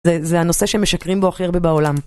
זה הנושא שמשקרים בו הכי הרבה בעולם.